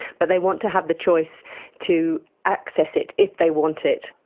but they want to have the choice to access it if they want it.